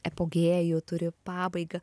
apogėjų turi pabaigą